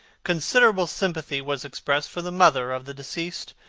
considerable sympathy was expressed for the mother of the deceased,